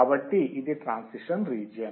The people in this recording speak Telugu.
కాబట్టి ఇది ట్రాన్సిషన్ రీజియన్